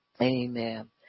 Amen